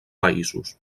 països